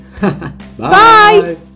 Bye